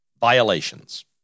violations